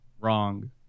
wrong